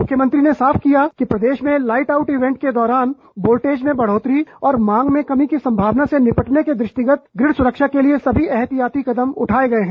मुख्यमंत्री ने साफ किया कि प्रदेश में लाइट आउट इवेंट के दौरान वोल्टेज में बढोतरी और मांग में कमी की संभावना से निपटने के दृष्टिगत ग्रिड सुरक्षा के लिए सभी एहतियाती कदम उठाए गए हैं